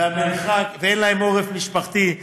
ואין להם עורף משפחתי,